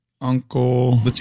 Uncle